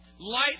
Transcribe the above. Light